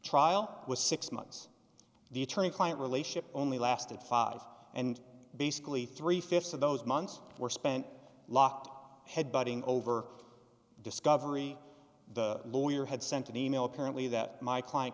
trial was six months the attorney client relationship only lasted five and basically three fifths of those months were spent locked up headbutting over discovery the lawyer had sent an e mail apparently that my client